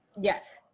Yes